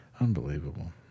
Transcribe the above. Unbelievable